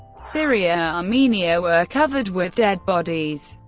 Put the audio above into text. syria, armenia were covered with dead bodies.